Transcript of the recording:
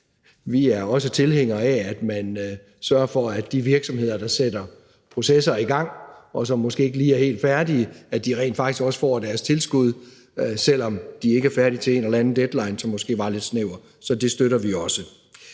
vi er tilhængere af, at man sørger for, at de virksomheder, der sætter processer i gang, og som måske ikke lige er helt færdige, rent faktisk også får deres tilskud, selv om de ikke er færdige til en eller anden deadline, som måske er lidt snæver. Så det støtter vi også.